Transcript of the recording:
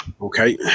Okay